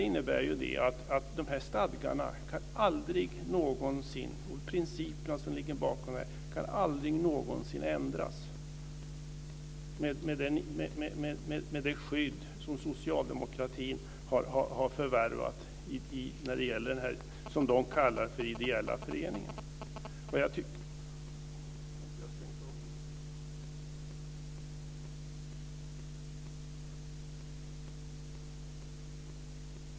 Dessa stadgar och principerna som ligger bakom den kan aldrig någonsin ändras med det skydd som socialdemokraterna har infört i det som de kallar för ideella föreningen.